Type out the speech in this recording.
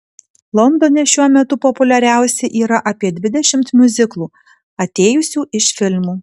londone šiuo metu populiariausi yra apie dvidešimt miuziklų atėjusių iš filmų